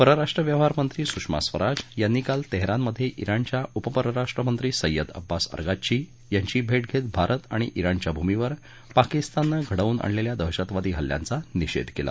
परराष्ट्र व्यवहार मंत्री सुषमा स्वराज यांनी काल तेहरानमधे जिणच्या उपपरराष्ट्र मंत्री सयद अब्बास अरगाच्छी यांची भेट घेत भारत आणि जिणच्या भूमीवर पाकिस्ताननं घडवून आणलेल्या दहशतवादी हल्ल्यांचा निषेध केला